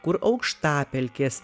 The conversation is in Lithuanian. kur aukštapelkės